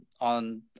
On